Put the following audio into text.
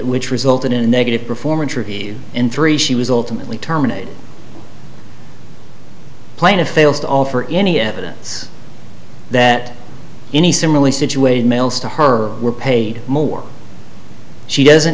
which resulted in a negative performance in three she was alternately terminated plaintiff fails to offer any evidence that any similarly situated males to her were paid more she doesn't